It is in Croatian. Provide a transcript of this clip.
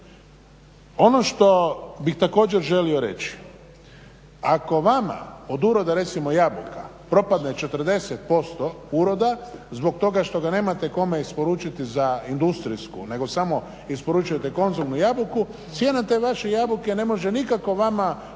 Ono što bih također želio reći. Ako vama od uroda recimo jabuka propadne 40% uroda zbog toga što ga nemate kome isporučiti za industrijsku nego samo isporučujete konzumnu jabuku, cijena te vaše jabuke ne može nikako vama pokriti